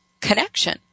connection